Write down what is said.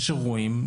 יש אירועים,